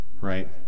right